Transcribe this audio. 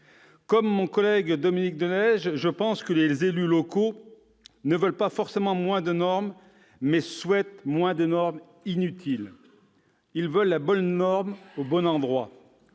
Comme mon collègue Dominique de Legge, je pense que les élus locaux ne veulent pas forcément moins de normes, mais moins de normes inutiles ; ils veulent la bonne norme au bon endroit.